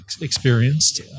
experienced